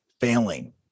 failing